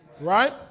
Right